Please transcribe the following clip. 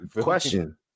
Question